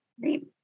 great